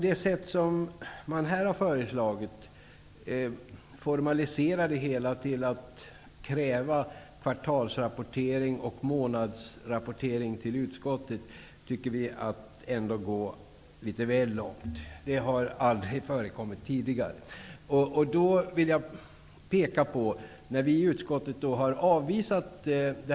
Men att, som det har föreslagits här, formalisera det hela till att kräva kvartalsrapporter och månadsrapporter till utskottet tycker vi ändå är att gå litet väl långt. Det har aldrig förekommit tidigare.